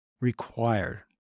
required